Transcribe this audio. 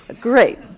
Great